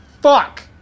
fuck